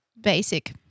basic